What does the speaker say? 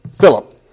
Philip